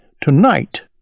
Tonight